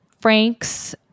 Frank's